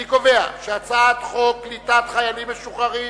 אני קובע שחוק קליטת חיילים משוחררים